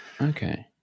Okay